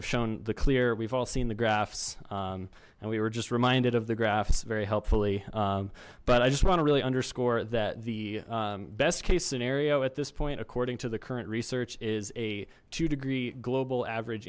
have shown the clear we've all seen the graphs and we were just reminded of the graphs very helpfully but i just want to really underscore that the best case scenario at this point according to the current research is a two degree global average